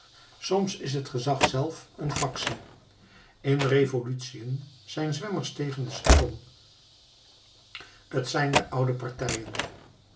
soms is het gezag zelf een factie in revolutiën zijn zwemmers tegen den stroom t zijn de oude partijen